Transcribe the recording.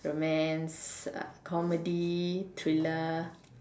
romance comedy thriller